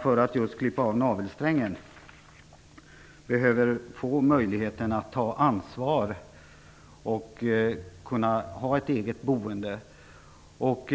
För att klippa av navelsträngen behöver ungdomar få möjlighet att ta ansvar för ett eget boende.